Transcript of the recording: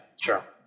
sure